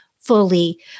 fully